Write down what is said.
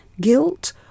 guilt